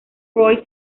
royce